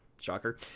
Shocker